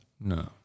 No